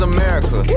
America